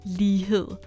lighed